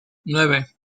nueve